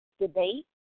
debate